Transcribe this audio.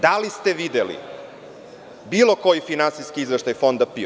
Da li ste videli bilo koji finansijski izveštaj Fonda PIO?